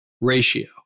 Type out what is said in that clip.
ratio